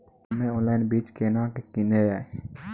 हम्मे ऑनलाइन बीज केना के किनयैय?